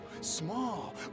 Small